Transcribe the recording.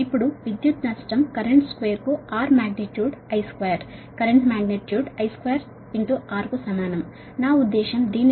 ఇప్పుడు విద్యుత్ నష్టం కరెంటు యొక్క వర్గానికి R magnitude I2 current magnitude I2 R కు సమానం నా ఉద్దేశ్యం దీని అర్థం 787